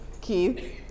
Keith